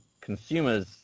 consumers